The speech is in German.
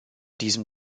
diesem